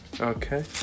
Okay